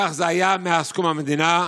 כך זה היה מאז קום המדינה,